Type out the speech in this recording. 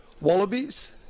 Wallabies